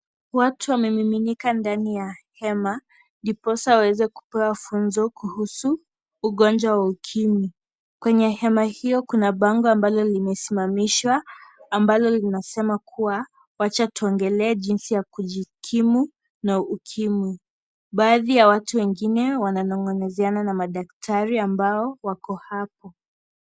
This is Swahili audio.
Watu wamemiminika ndani ya hema ndiposa waweze kupewa funzo kuhusu ugonjwa wa ukimwi. Kwenye hema hio kuna bango ambalo limesimamishwa ambalo lina sema kuwa, wacha tuongelee jinsi ya kujikimu na ukimwa. Baadhi ya watu wengine wananong'onezeana na madaktari ambao wako hapo.